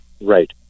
Right